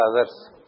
others